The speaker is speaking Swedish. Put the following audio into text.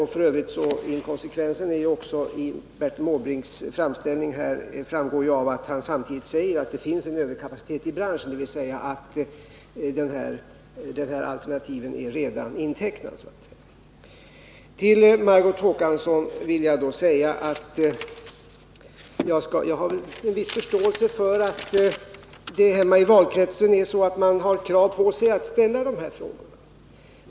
F. ö. framgår inkonsekvensen i Bertil Måbrinks framställning av att han säger att det finns en överkapacitet i branschen, dvs. att alternativen redan är intecknade. Till Margot Håkansson vill jag säga att jag har en viss förståelse för att man hemma i valkretsen har krav på sig att ställa de här frågorna.